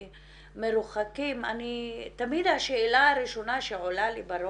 מרוחקים תמיד השאלה הראשונה שעולה לי בראש,